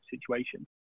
situation